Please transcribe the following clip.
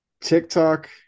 TikTok